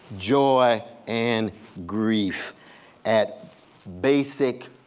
joy and grief at basic